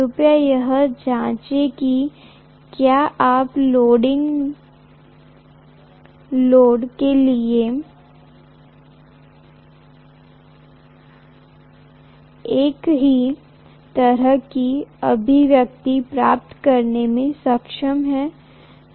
कृपया यह जांचें कि क्या आप लेडिंग लोड के लिए एक ही तरह की अभिव्यक्ति प्राप्त करने में सक्षम हैं